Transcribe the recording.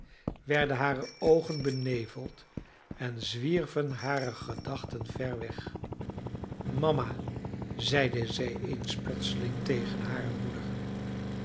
werden hare oogen beneveld en zwierven hare gedachten ver weg mama zeide zij eens plotseling tegen hare moeder